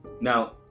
Now